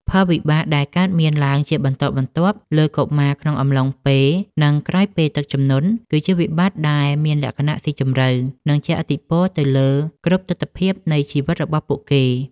ផលវិបាកដែលកើតមានឡើងជាបន្តបន្ទាប់លើកុមារក្នុងអំឡុងពេល និងក្រោយពេលទឹកជំនន់ គឺជាវិបត្តិដែលមានលក្ខណៈស៊ីជម្រៅ និងជះឥទ្ធិពលទៅលើគ្រប់ទិដ្ឋភាពនៃជីវិតរបស់ពួកគេ។